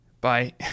bye